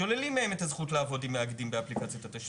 שוללים מהם את הזכות לעבוד עם מאגדים באפליקציות התשלום.